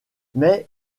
mais